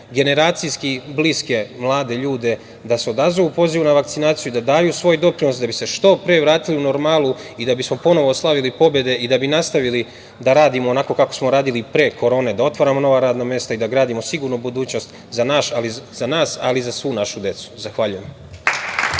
generacijski bliske mlade ljude da se odazovu pozivu na vakcinaciju, da daju svoj doprinos da bi se što pre vratili u normalu i da bismo ponovo slavili pobede i da bi nastavili da radimo onako kako smo radili pre korone, da otvaramo nova radna mesta i da gradimo sigurnu budućnost za nas, ali i za svu našu decu. Zahvaljujem.